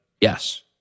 Yes